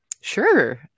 Sure